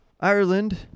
Ireland